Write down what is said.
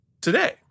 today